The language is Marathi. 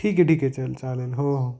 ठीक आहे ठीक आहे चल चालेल हो हो